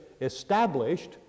established